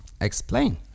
Explain